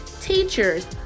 teachers